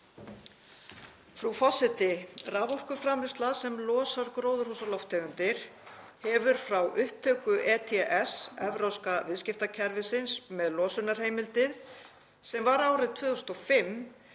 Frú forseti. Raforkuframleiðsla, sem losar gróðurhúsalofttegundir, hefur frá upptöku ETS, Evrópska viðskiptakerfisins með losunarheimildir árið 2005,